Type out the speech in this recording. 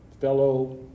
fellow